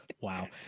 Wow